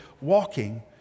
walking